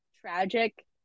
tragic